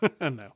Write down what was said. No